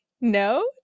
No